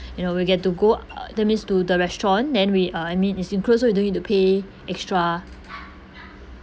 you know we'll get to go uh that means to the restaurant then we uh I mean is include so you don't need to pay extra